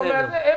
נדפקים.